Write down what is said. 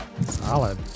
Solid